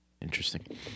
Interesting